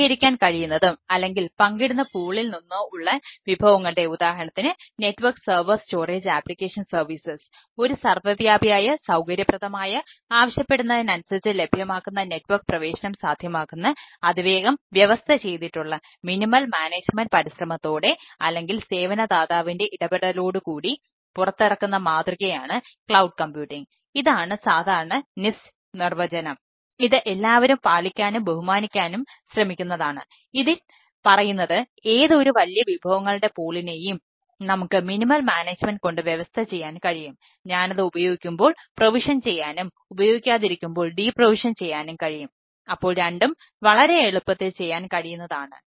ക്രമീകരിക്കാൻ കഴിയുന്നതും അല്ലെങ്കിൽ പങ്കിടുന്ന പൂളിൽ ചെയ്യാനും കഴിയും അപ്പോൾ രണ്ടും വളരെ എളുപ്പത്തിൽ ചെയ്യാൻ കഴിയുന്നതാണ്